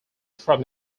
from